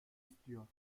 istiyor